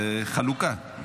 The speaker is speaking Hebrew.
זה חלוקה.